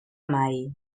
mai